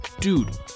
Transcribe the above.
Dude